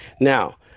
Now